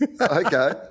Okay